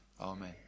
Amen